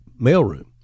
mailroom